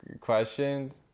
questions